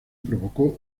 provocó